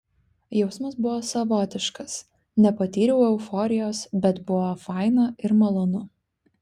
jausmas buvo savotiškas nepatyriau euforijos bet buvo faina ir malonu